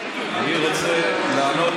אני רוצה לענות,